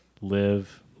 Live